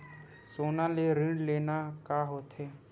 सोना ले ऋण लेना का होथे?